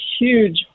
huge